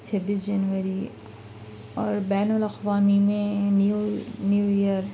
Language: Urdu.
چھبیس جنوری اور بین الاقوامی میں نیو نیو ایئر